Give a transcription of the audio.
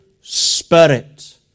spirit